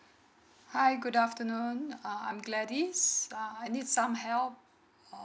hi good afternoon uh I'm gladys uh I need some help